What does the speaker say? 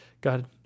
God